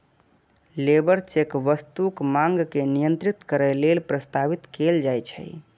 labour check वस्तुक मांग के नियंत्रित करै लेल प्रस्तावित कैल जाइ छै